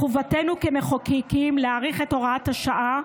מחובתנו כמחוקקים להאריך את הוראת השעה,